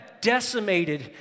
decimated